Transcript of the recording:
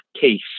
case